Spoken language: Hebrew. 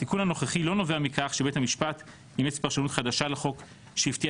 התיקון הנוכחי לא נובע מכך שבית המשפט אימץ פרשנות חדשה לחוק שהפתיע